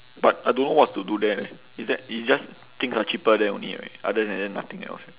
but I don't know what's to do there leh is that it's just things are cheaper there only right other than that nothing else right